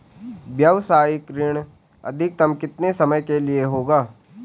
व्यावसायिक ऋण अधिकतम कितने समय के लिए होगा?